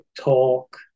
talk